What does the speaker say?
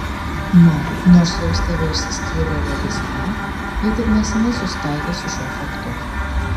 mat nors jos tėvai išsiskyrė ir labai seniai ji tik neseniai susitaikė su šiuo faktu